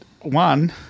one